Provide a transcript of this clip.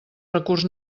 recurs